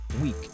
week